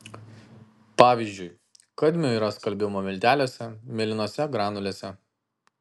pavyzdžiui kadmio yra skalbimo milteliuose mėlynose granulėse